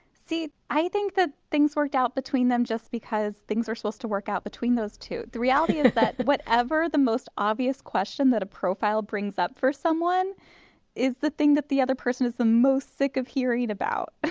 i think that things worked out between them just because things are supposed to work out between those two. the reality is that whatever the most obvious question that a profile brings up for someone is the thing that the other person is the most sick of hearing about.